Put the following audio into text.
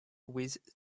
with